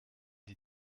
die